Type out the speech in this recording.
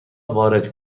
وارد